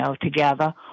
together